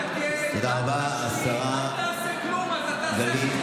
אל תתקן, אל תשחית, אל תעשה כלום, תודה רבה.